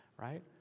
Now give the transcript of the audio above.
right